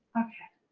okay.